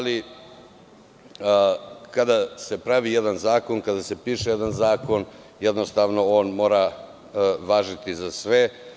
Kada se pravi jedan zakon, kada se piše jedan zakon jednostavno on mora važiti za sve.